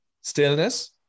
stillness